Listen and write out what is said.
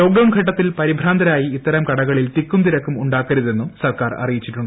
lockdown ഘട്ടത്തിൽ പരിഭ്രാന്തരായി ഇത്തരം കടകളിൽ തിക്കും തിരക്കും ഉണ്ടാക്കരുതെന്നും സർക്കാർ അറിയിച്ചിട്ടുണ്ട്